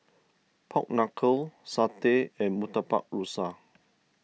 Pork Knuckle Satay and Murtabak Rusa